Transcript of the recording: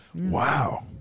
Wow